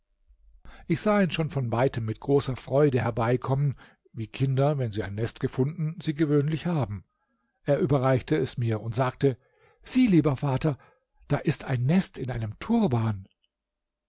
ich sah ihn schon von weitem mit großer freude herbeikommen wie kinder wenn sie ein nest gefunden sie gewöhnlich haben er überreichte es mir und sagte sieh lieber vater da ist ein nest in einem turban